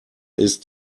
ist